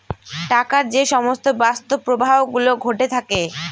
টাকার যে সমস্ত বাস্তব প্রবাহ গুলো ঘটে থাকে